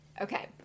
okay